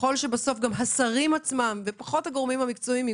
וככל שהשרים עצמם ופחות הגורמים המקצועיים,